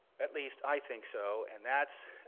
at least i think so, and that's